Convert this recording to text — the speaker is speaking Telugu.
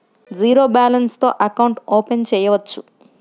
జీరో బాలన్స్ తో అకౌంట్ ఓపెన్ చేయవచ్చు?